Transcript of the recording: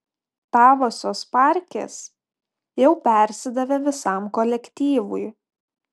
tavosios parkės jau persidavė visam kolektyvui